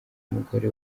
umugore